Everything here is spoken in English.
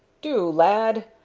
do, lad!